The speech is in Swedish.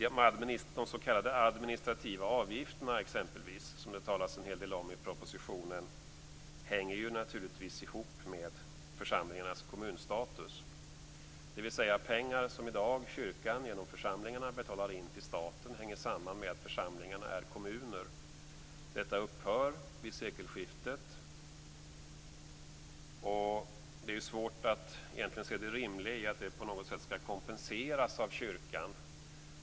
Exempelvis de s.k. administrativa avgifterna, som det talas en hel del om i propositionen, hänger naturligtvis ihop med församlingarnas kommunstatus, dvs. pengar som kyrkan i dag genom församlingarna betalar in till staten hänger samman med att församlingarna är kommuner. Detta upphör vid sekelskiftet. Det är ju svårt att egentligen se det rimliga i att det på något sätt skall kompenseras av kyrkan.